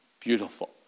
Beautiful